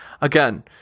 Again